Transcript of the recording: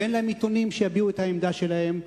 ואין להם עיתונים שיביעו את העמדה שלהם.